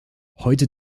heute